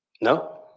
No